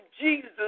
Jesus